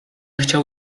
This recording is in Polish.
chciał